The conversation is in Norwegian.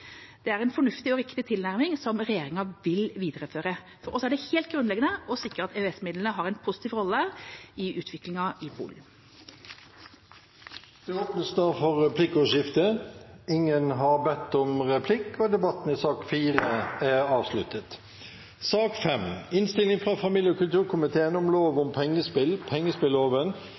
Det er en fornuftig og riktig tilnærming, som regjeringa vil videreføre. Og så er det helt grunnleggende å sikre at EØS-midlene har en positiv rolle i utviklingen i Polen. Flere har ikke bedt om ordet til sak nr. 4. Etter ønske fra familie- og kulturkomiteen vil presidenten ordne debatten slik: 5 minutter til hver partigruppe og